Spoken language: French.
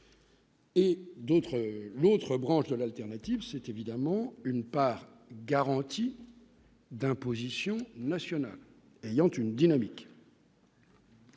l'autre branche de l'alternative, c'est évidemment une part garantie d'imposition national ayant une dynamique.